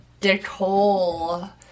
dickhole